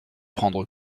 prendre